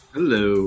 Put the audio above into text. Hello